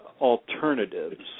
alternatives